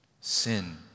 sin